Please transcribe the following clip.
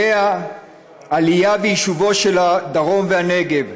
עלייה ויישובו של הדרום והנגב.